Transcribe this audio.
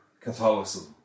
Catholicism